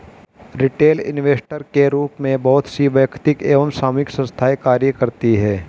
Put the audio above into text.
retail investor के रूप में बहुत सी वैयक्तिक एवं सामूहिक संस्थाएं कार्य करती हैं